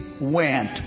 went